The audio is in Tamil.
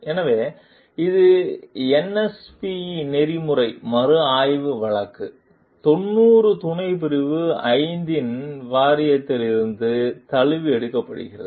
எனவே இது NSPE நெறிமுறை மறுஆய்வு வழக்கு 90 துணைப்பிரிவு 5 இன் வாரியத்திலிருந்து தழுவி எடுக்கப்படுகிறது